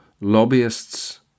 lobbyists